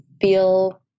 feel